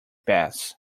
bass